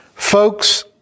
Folks